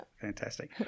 Fantastic